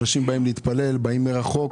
אנשים באים להתפלל, באים מרחוק.